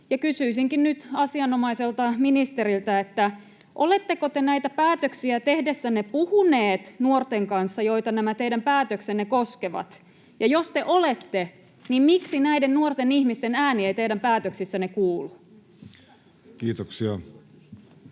Kysyisinkin nyt asianomaiselta ministeriltä: oletteko te näitä päätöksiä tehdessänne puhuneet nuorten kanssa, joita nämä teidän päätöksenne koskevat, ja jos te olette, niin miksi näiden nuorten ihmisten ääni ei teidän päätöksissänne kuulu? [Speech